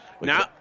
Now